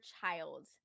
child